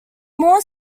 more